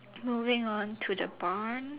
moving on to the barn